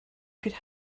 could